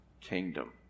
kingdom